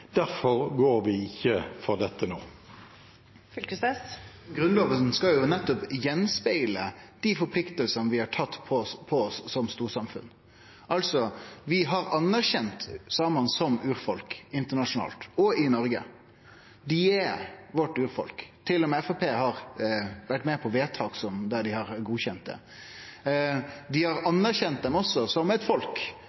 Derfor går vi ikke inn for dette nå. Men Grunnlova skal jo nettopp spegle av dei forpliktingane vi har tatt på oss som storsamfunn. Vi har altså anerkjent samane som urfolk internasjonalt og i Noreg, dei er vårt urfolk. Til og med Framstegspartiet har vore med på vedtak der ein har godkjent det. Dei har